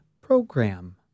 program